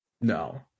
No